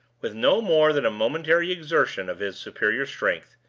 with no more than a momentary exertion of his superior strength,